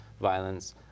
violence